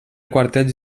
quartets